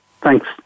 Thanks